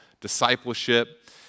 discipleship